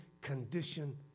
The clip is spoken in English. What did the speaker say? condition